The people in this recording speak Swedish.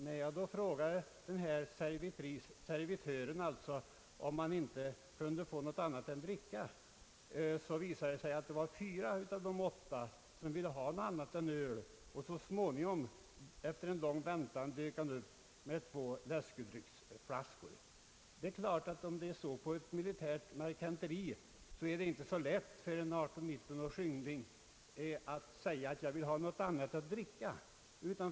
När jag frågade servitören om det var möjligt att få någon annan dryck visade det sig att fyra av de åtta ledamöterna önskade något annat än öl. Efter lång väntetid dök så servilören upp med två läskedrycksflaskor. Om likartade förhållanden råder på marketenterier inom krigsmakten är det naturligtvis inte så lätt för en yngling i 18 eller 19-årsåldern att säga att han vill ha något annat än öl.